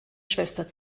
schwester